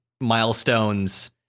milestones